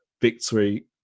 victory